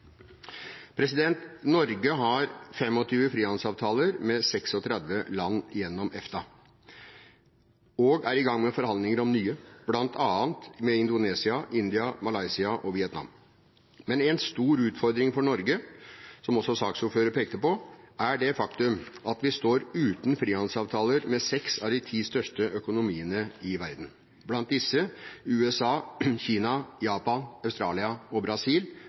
Norge har 25 frihandelsavtaler med 36 land gjennom EFTA, og er i gang med forhandlinger om nye, bl.a. med Indonesia, India, Malaysia og Vietnam. Men en stor utfordring for Norge, som også saksordføreren pekte på, er det faktum at vi står uten frihandelsavtaler med seks av de ti største økonomiene i verden, blant disse USA, Kina, Japan, Australia og Brasil